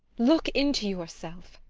look into yourself!